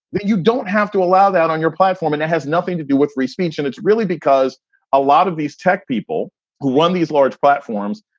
but you don't have to allow that on your platform. and it has nothing to do with free speech. and it's really because a lot of these tech people who run these large platforms,